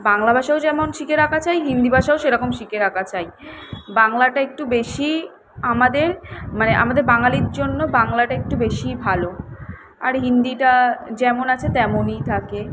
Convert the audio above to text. বাংলা ভাষাও যেমন শিখে রাখা চাই হিন্দি ভাষাও সেরকম শিখে রাখা চাই বাংলাটা একটু বেশিই আমাদের মানে আমাদের বাঙালির জন্য বাংলাটা একটু বেশিই ভালো আর হিন্দিটা যেমন আছে তেমনই থাকে